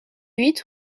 huit